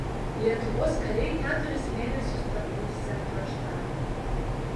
lietuvos kariai keturis mėnesius tarnaus centro štabe